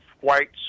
whites